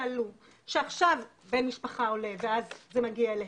שכבר עלו שעכשיו בן משפחה עולה ואז זה מגיע אליהם,